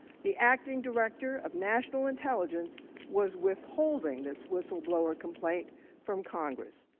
the acting director of national intelligence was withholding this whistleblower complaint from congress.